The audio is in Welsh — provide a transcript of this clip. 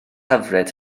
hyfryd